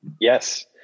Yes